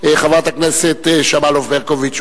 חברת הכנסת שמאלוב-ברקוביץ,